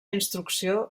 instrucció